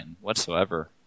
whatsoever